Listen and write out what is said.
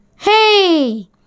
hey